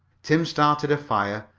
tim started a fire,